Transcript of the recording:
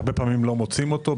הרבה פעמים לא מוצאים אותו,